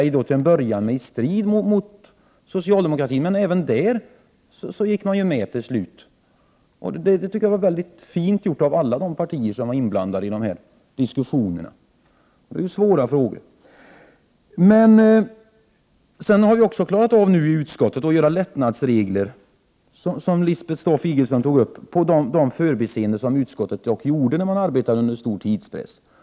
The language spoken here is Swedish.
Det var till en början i strid med socialdemokraterna, men även i den frågan gick de med till slut. Det tycker jag var mycket fint gjort av alla de partier som var inblandade i dessa diskussioner. Det var svåra frågor. Vi har också i utskottet klarat att formulera lättnadsregler, som Lisbeth Staaf-Igelström tog upp, för de förbiseenden som utskottet gjorde när det arbetade under stor tidspress.